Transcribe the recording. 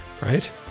Right